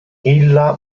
illa